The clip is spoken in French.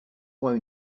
point